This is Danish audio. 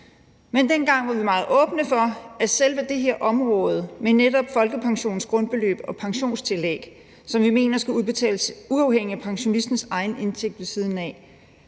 Men dengang var vi meget åbne for, at selve det her område med netop folkepensionens grundbeløb og pensionstillæg, som vi mener skal udbetales uafhængigt af pensionistens egen indtægt ved siden af,